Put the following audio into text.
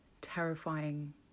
terrifying